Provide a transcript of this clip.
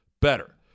better